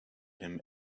him